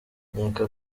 nkeka